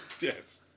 Yes